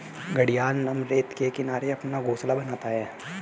घड़ियाल नम रेत के किनारे अपना घोंसला बनाता है